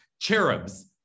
cherubs